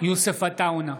יוסף עטאונה,